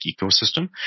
ecosystem